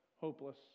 hopeless